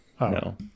No